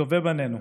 מטובי בנינו,